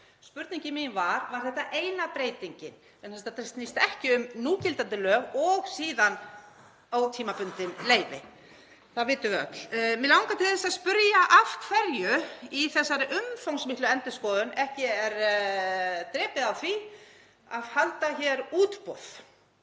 Spurningin mín var: Var þetta eina breytingin? Vegna þess að þetta snýst ekki um núgildandi lög og síðan ótímabundin leyfi, það vitum við öll. Mig langar til þess að spyrja: Af hverju í þessari umfangsmiklu endurskoðun er ekki drepið á því að halda hér útboð